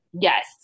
yes